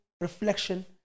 reflection